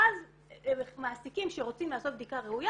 ואז מעסיקים שרוצים לעשות בדיקה ראויה